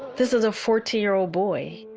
this is a fourteen year old boy.